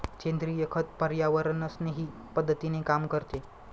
सेंद्रिय खत पर्यावरणस्नेही पद्धतीने काम करते